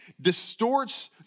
distorts